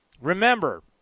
Remember